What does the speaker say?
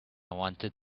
wanted